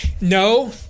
No